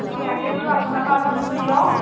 তাকে বোলো আপোনাৰ পৰা অলপ বুজি লওঁ